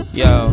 yo